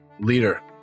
leader